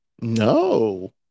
No